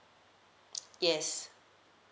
yes